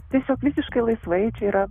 tiesiog visiškai laisvai čia yra